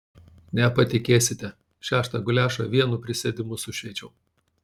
nepatikėsite šeštą guliašą vienu prisėdimu sušveičiau